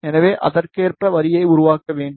எனவே அதற்கேற்ப வரியை உருவாக்க வேண்டும்